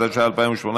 התשע"ח 2018,